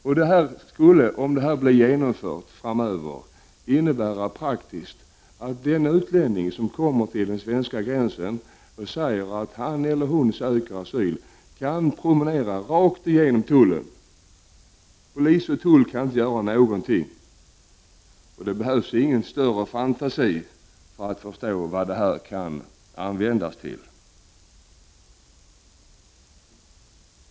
Om det beslutet får gälla framöver, innebär det praktiskt att den utlänning som kommer till svenska gränsen och säger att han eller hon söker asyl kan promenera rakt igenom tullen. Polis och tull kan inte göra någonting! Det behövs ingen större fantasi för att förstå vad detta kan användas till.